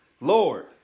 Lord